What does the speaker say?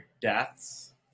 deaths